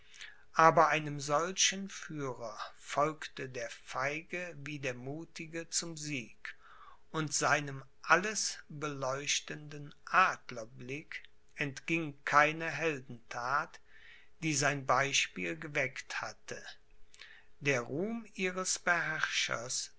aber einem solchen führer folgte der feige wie der muthige zum sieg und seinem alles beleuchtenden adlerblick entging keine heldenthat die sein beispiel geweckt hatte der ruhm ihres beherrschers